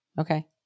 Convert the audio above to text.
Okay